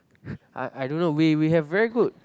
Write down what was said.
I I don't know we we have very good